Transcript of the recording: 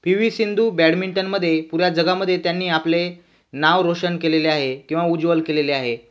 P V Sindhu बॅडमिन्टनमधे पुऱ्या जगामध्ये त्यांनी आपले नाव रोशन केलेले आहे किंवा उज्ज्वल केलेले आहे